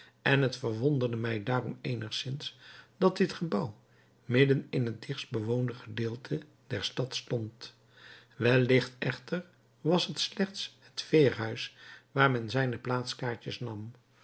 en het verwonderde mij daarom eenigzins dat dit gebouw midden in het dichtst bewoonde gedeelte der stad stond wellicht echter was het slechts het veerhuis waar men zijne plaatskaartjes nam